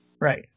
Right